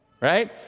right